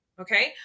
Okay